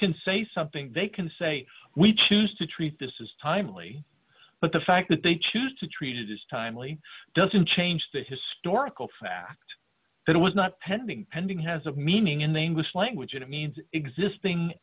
can say something they can say we choose to treat this is timely but the fact that they choose to treat it is timely doesn't change the historical fact that it was not pending pending has a meaning in the english language it means existing